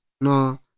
no